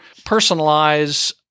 personalize